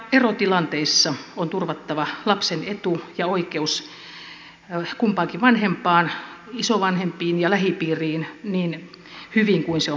erotilanteissa on turvattava lapsen etu ja oikeus kumpaankin vanhempaan isovanhempiin ja lähipiiriin niin hyvin kuin se on mahdollista